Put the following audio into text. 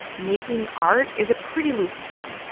making art is a pretty loose term.